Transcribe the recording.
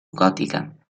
gòtica